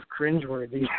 cringeworthy